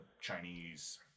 Chinese